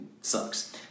sucks